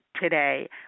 today